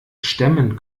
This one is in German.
stemmen